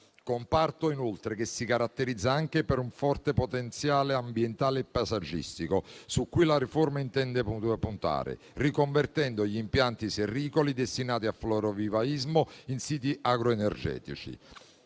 comparto che si caratterizza anche per un forte potenziale ambientale e paesaggistico su cui la riforma intende puntare, riconvertendo gli impianti serricoli destinati a florovivaismo in siti agroenergetici.